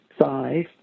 five